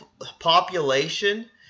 population –